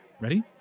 ready